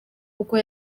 kuko